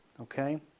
Okay